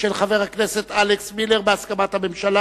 התשס"ט